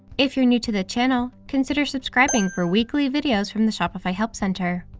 if you're new to the channel, consider subscribing for weekly videos from the shopify help center.